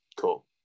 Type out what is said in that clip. Cool